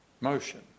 motion